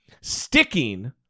sticking